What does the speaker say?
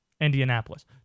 Indianapolis